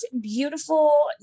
beautiful